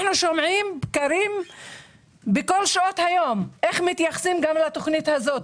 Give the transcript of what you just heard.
אנחנו שומעים כל הזמן איך מתייחסים לתוכנית הזאת.